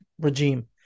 regime